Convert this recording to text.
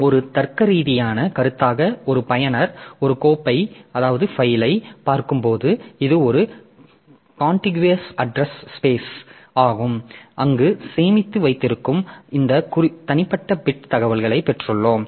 ஒரு தர்க்கரீதியான கருத்தாக ஒரு பயனர் ஒரு கோப்பைப் பார்க்கும்போது இது ஒரு கண்டிகுவ்ஸ் அட்றஸ் ஸ்பேஸ் ஆகும் அங்கு சேமித்து வைத்திருக்கும் இந்த தனிப்பட்ட பிட் தகவல்களை பெற்றுள்ளோம்